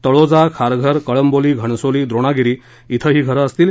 तळोजा खारघर कळंबोली घणसोली द्रोणागिरी क्विं ही घरं असतील